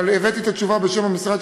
אבל הבאתי את התשובה בשם המשרד,